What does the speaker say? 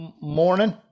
Morning